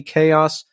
Chaos